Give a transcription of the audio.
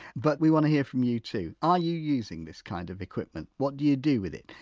but we want to hear from you too. are you using this kind of equipment? what do you do with it?